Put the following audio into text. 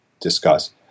discuss